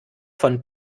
von